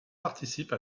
participe